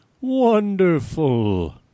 wonderful